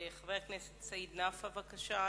חבר הכנסת סעיד נפאע, בבקשה.